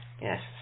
Yes